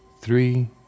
three